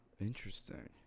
Interesting